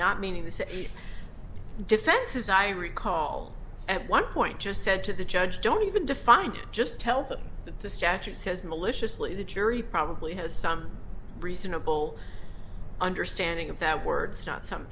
not meaning the say defense is i recall at one point just said to the judge don't even define it just tell them that the statute says maliciously the jury probably has some reasonable understanding of that words not some